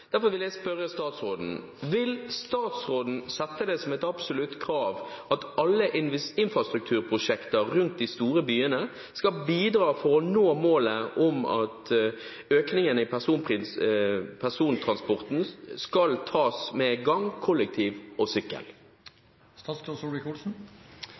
Derfor vil jeg spørre statsråden: Vil statsråden sette som et absolutt krav at alle infrastrukturprosjekter rundt de store byene skal bidra for å nå målet om at økningen i persontransporten skal tas med gang, kollektiv og